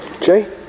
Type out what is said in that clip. Jay